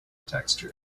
texture